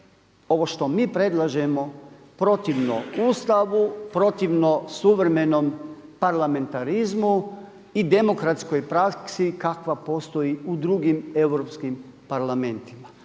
ovo što mi predlažemo protivno Ustavu, protivno suvremenom parlamentarizmu i demokratskoj praksi kakva postoji u drugim europskim parlamentima.